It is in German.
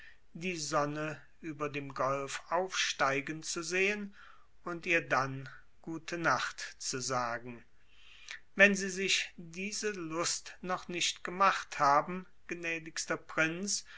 die sonne über dem golf aufsteigen zu sehen und ihr dann gute nacht zu sagen wenn sie sich diese lust noch nicht gemacht haben gnädigster prinz